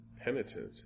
Penitent